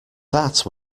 that